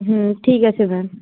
হুম ঠিক আছে ম্যাম